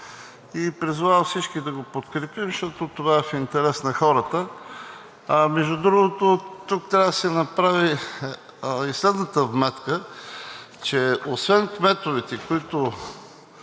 и призовавам всички да го подкрепим, защото това е в интерес на хората. Между другото, тук трябва да се направи и следната вметка, че освен кметовете, които